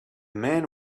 man